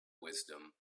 wisdom